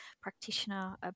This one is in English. practitioner